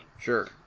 Sure